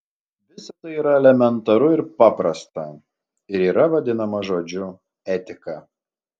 visa tai yra elementaru ir paprasta ir yra vadinama žodžiu etika